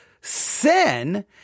sin